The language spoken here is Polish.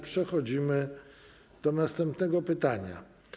Przechodzimy do następnego pytania.